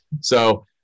So-